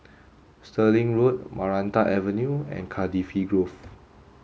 Stirling Road Maranta Avenue and Cardifi Grove